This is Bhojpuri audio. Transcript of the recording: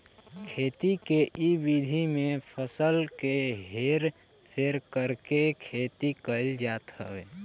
खेती के इ विधि में फसल के हेर फेर करके खेती कईल जात हवे